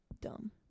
dumb